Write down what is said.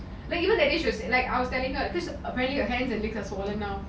because that day she was sit like I was telling her because apparently her hands and legs are swollen now